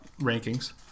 rankings